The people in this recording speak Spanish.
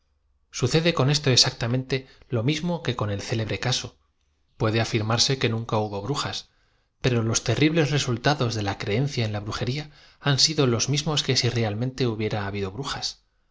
sucede con esto exactamente lo mismo que con el célebre caso puede afirmarse que nunca hubo brujas pero i ob terribles resultados de la creen cia en la brujería han sido loa mismos que sirealm en te hubiera habido brujaa